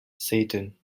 satan